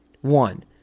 one